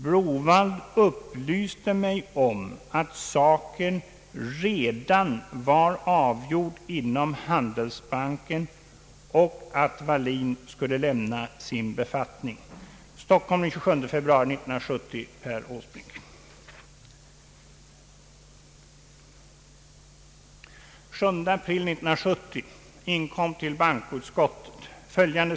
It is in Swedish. Browaldh upplyste mig om att saken redan var avgjord inom handelsbanken och att Wallin skulle lämna sin befattning.